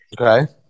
Okay